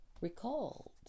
recalled